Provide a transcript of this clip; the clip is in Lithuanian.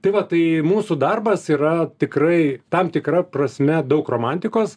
tai va tai mūsų darbas yra tikrai tam tikra prasme daug romantikos